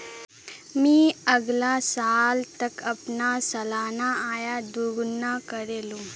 मी अगला साल तक अपना सालाना आय दो गुना करे लूम